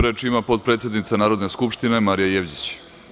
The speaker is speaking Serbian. Reč ima potpredsednica Narodne skupštine Marija Jevđić.